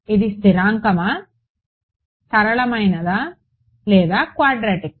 ఇది స్థిరాంకమా సరళమైనదా లేదా క్వాడ్రాటిక్